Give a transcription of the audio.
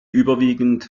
überwiegend